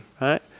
Right